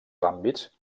àmbits